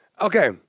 Okay